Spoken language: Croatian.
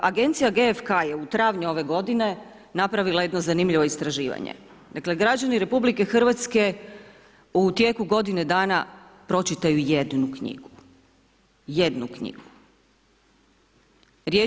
Agencija GFK je u travnju ove godine napravila jedno zanimljivo istraživanje, dakle građani RH u tijeku godine dana pročitaju jednu knjigu, jednu knjigu.